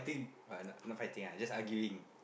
ah not not fighting ah just arguing